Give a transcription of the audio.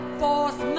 force